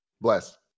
Bless